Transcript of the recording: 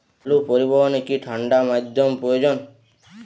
আলু পরিবহনে কি ঠাণ্ডা মাধ্যম প্রয়োজন?